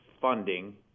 funding